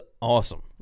awesome